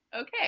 Okay